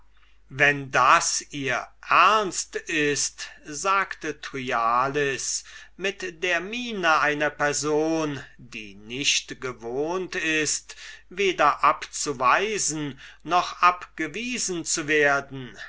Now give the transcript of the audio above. wenn das ihr ernst ist sagte thryallis mit der miene einer person die nicht gewohnt ist weder abzuweisen noch abgewiesen zu werden